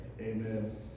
Amen